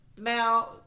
Now